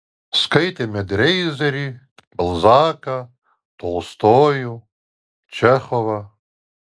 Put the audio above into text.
skaitėme dreizerį balzaką tolstojų čechovą